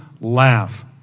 laugh